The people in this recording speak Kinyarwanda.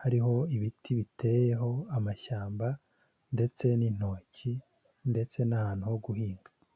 hariho ibiti biteyeho amashyamba ndetse n'intoki ndetse n'ahantu ho guhinga.